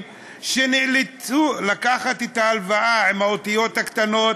שנאלצו לקחת את ההלוואה עם האותיות הקטנות